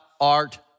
art